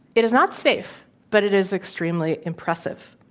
it is not safe, but it is extremely impressive.